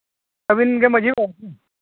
ᱟᱹᱵᱤᱱᱜᱮ ᱢᱟᱹᱡᱷᱤ ᱵᱟᱵᱟ ᱥᱮ